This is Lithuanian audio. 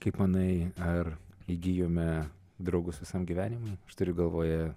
kaip manai ar įgijome draugus visam gyvenimui turiu galvoje